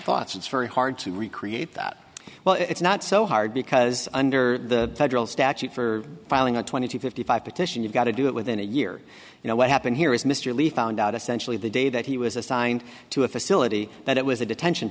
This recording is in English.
thoughts it's very hard to recreate that well it's not so hard because under the federal statute for filing a twenty fifty five petition you've got to do it within a year you know what happened here is mr lee found out essentially the day that he was assigned to a facility that it was a detention